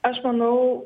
aš manau